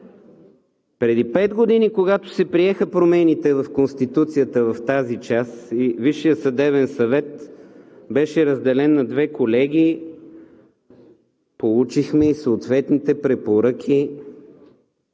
Преди пет години, когато се приеха промените в Конституцията в тази част и Висшият съдебен съвет беше разделен на две колегии, получихме и съответните препоръки